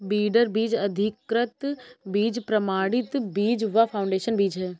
breeder बीज, अधिकृत बीज, प्रमाणित बीज व फाउंडेशन बीज है